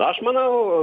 aš manau